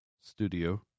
studio